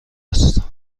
است